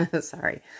Sorry